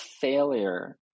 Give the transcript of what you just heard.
failure